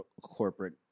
corporate